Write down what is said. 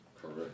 Correct